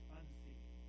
unseen